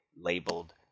labeled